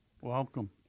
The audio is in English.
Welcome